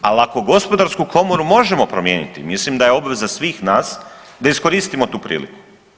Ali ako gospodarsku komoru možemo promijeniti mislim da je obveza svih nas da iskoristimo tu priliku.